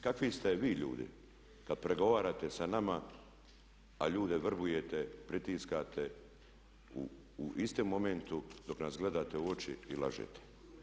Kakvi ste vi ljudi kada pregovarate s nama a ljude vrbujete, pritiskate u istom momentu dok nas gledate u oči i lažete?